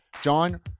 John